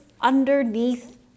underneath